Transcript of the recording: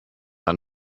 ein